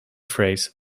phrase